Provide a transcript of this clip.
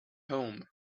home